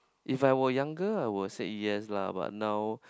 if I were younger I will said yes lah but now